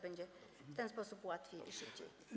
Będzie w ten sposób łatwiej i szybciej.